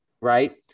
right